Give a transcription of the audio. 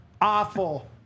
awful